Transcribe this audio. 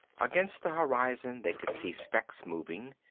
against the horizon they could see specks moving,